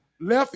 left